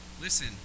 Listen